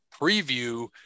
preview